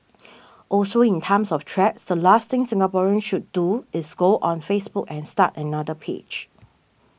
also in times of threats the last thing Singaporeans should do is go on Facebook and start another page